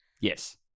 Yes